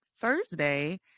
Thursday